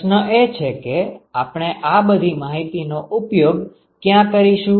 પ્રશ્ન એ છે કે આપણે આ બધી માહિતી નો ઉપયોગ ક્યાં કરીશું